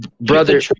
Brother